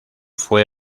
fue